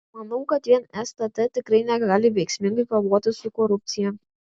manau kad vien stt tikrai negali veiksmingai kovoti su korupcija